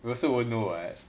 you also won't know [what]